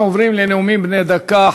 אנחנו עוברים לנאומים בני דקה.